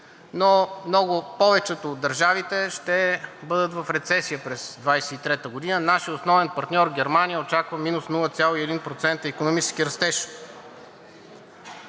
но повечето от държавите ще бъдат в рецесия през 2023 г. Нашият основен партньор Германия очаква минус 0,1% икономически растеж.